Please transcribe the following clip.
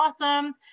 awesome